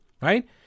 right